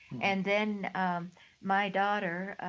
and then my daughter,